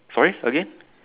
sorry again